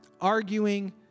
arguing